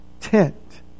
tent